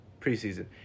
preseason